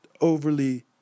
overly